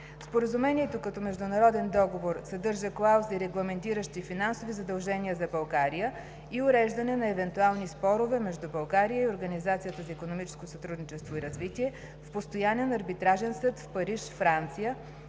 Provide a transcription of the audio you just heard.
Споразумението като международен договор съдържа клаузи, регламентиращи финансови задължения за България и уреждане на евентуални спорове между България и Организацията за икономическо сътрудничество и развитие в Постоянен арбитражен съд в Париж, Франция,